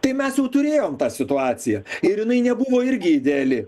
tai mes jau turėjom tą situaciją ir jinai nebuvo irgi ideali